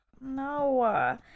No